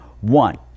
One